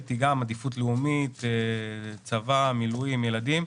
ראיתי גם עדיפות לאומית, צבא, מילואים, ילדים.